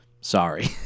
sorry